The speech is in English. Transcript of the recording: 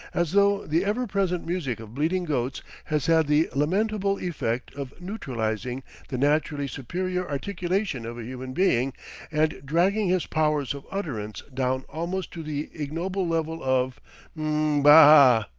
as though the ever-present music of bleating goats has had the lamentable effect of neutralizing the naturally superior articulation of a human being and dragging his powers of utterance down almost to the ignoble level of mb-b-a-a.